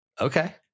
Okay